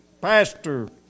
pastor